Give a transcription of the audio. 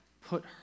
Put